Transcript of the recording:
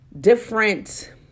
Different